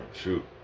shoot